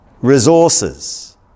resources